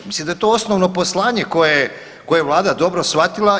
Mislim da je to osnovno poslanje koje je Vlada dobro shvatila.